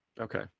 Okay